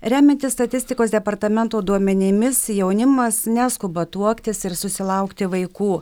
remiantis statistikos departamento duomenimis jaunimas neskuba tuoktis ir susilaukti vaikų